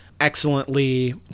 excellently